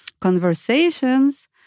conversations